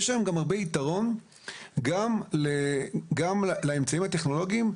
יש היום הרבה יתרון גם לאמצעים הטכנולוגיים,